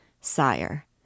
Sire